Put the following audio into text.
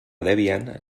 debian